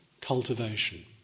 cultivation